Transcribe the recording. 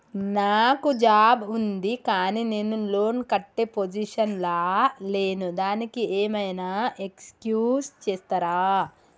నాకు జాబ్ ఉంది కానీ నేను లోన్ కట్టే పొజిషన్ లా లేను దానికి ఏం ఐనా ఎక్స్క్యూజ్ చేస్తరా?